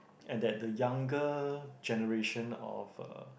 at that the younger generation of uh